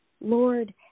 Lord